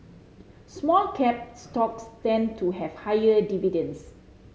small cap stocks tend to have higher dividends